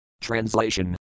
Translation